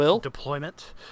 deployment